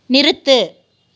நிறுத்து